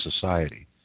society